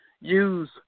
Use